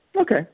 Okay